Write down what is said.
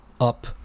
up